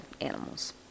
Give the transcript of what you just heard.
animals